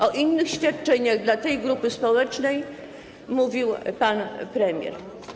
O innych świadczeniach dla tej grupy społecznej mówił pan premier.